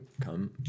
Come